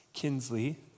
Kinsley